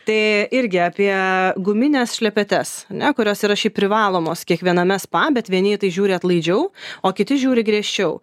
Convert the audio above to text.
tai irgi apie gumines šlepetes kurios yra šiaip privalomos kiekviename spa bet vieni į tai žiūri atlaidžiau o kiti žiūri griežčiau